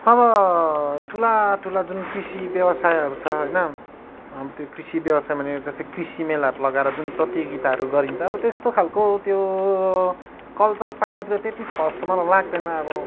अब ठुला ठुला जुन कृषि व्यवसायहरू छ होइन त्यो कृषि व्यवसाय माने जस्तै कृषि मेलाहरू लगाएर जुन प्रतियोगिताहरू गरिन्छ अब त्यस्तो खालको त्यो कल्चर पाहाडतिर त्यति छ जस्तो मलाई लाग्दैन अब